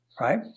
right